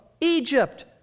Egypt